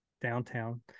downtown